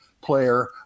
player